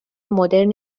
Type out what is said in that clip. مدرن